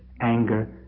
anger